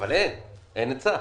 אין היצע.